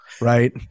right